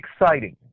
exciting